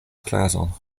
frazon